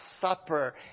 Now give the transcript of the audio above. Supper